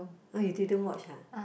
[huh] you didn't watch ah